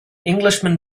englishman